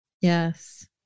Yes